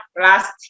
last